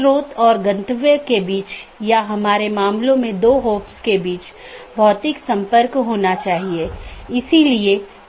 और एक autonomous system एक ही संगठन या अन्य सार्वजनिक या निजी संगठन द्वारा प्रबंधित अन्य ऑटॉनमस सिस्टम से भी कनेक्ट कर सकती है